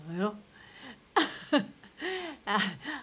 you know